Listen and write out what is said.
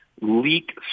leak